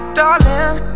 darling